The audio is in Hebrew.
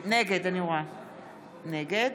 נגד